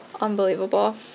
Unbelievable